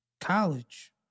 college